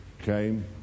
came